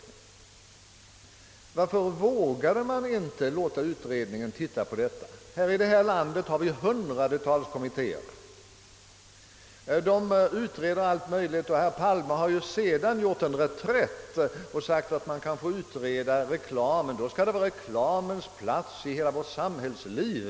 Varför vågade man inte låta utredningen titta på detta? Här i landet har vi hundratals kommittéer som utreder allt möjligt. Herr Palme har senare gjort en reträtt och förklarat att man kan få utreda relam, men då skall utredningen gälla reklamens plats i hela vårt samhällsliv.